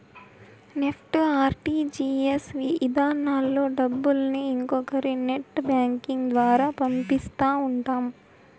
NEFT, RTGS ఇధానాల్లో డబ్బుల్ని ఇంకొకరి నెట్ బ్యాంకింగ్ ద్వారా పంపిస్తా ఉంటాం